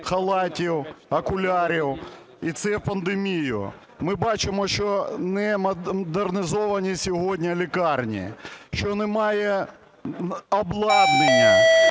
халатів, окулярів і це в пандемію. Ми бачимо, що не модернізовані сьогодні лікарні, що немає обладнання,